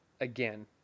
again